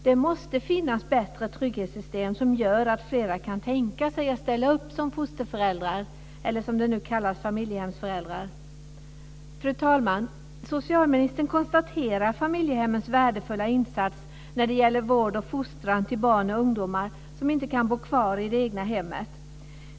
Det måste finnas bättre trygghetssystem som gör att flera kan tänka sig att ställa upp som fosterföräldrar, eller som det nu kallas, familjehemsföräldrar. Fru talman! Socialministern konstaterar familjehemmens värdefulla insats när det gäller vård och fostran av barn och ungdomar som inte kan bo kvar i det egna hemmet.